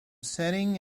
setting